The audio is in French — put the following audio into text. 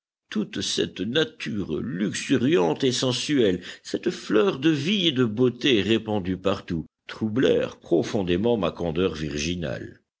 toute cette nature luxuriante et sensuelle cette fleur de vie et de beauté répandue partout troublèrent profondément ma candeur virginale